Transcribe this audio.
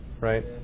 right